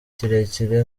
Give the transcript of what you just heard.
kirekire